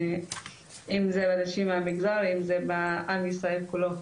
אם זה אנשים מהמגזר ואם זה בעם ישראל כולו.